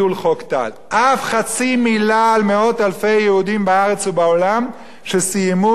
אף חצי מלה על מאות אלפי יהודים בארץ ובעולם שסיימו את לימוד הש"ס,